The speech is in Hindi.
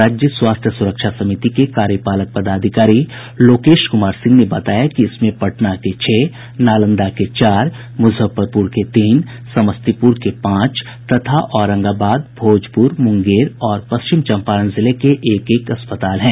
राज्य स्वास्थ्य सुरक्षा समिति के कार्यपालक पदाधिकारी लोकेश कुमार सिंह ने बताया कि इसमें पटना के छह नालंदा के चार मुजफ्फरपुर के तीन समस्तीपुर के पांच तथा औरंगाबाद भोजपुर मुंगेर और पश्चिम चंपारण जिले के एक एक अस्पताल हैं